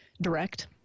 direct